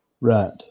right